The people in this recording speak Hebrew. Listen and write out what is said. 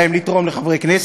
הם מקבלים בשביל זה המון כסף.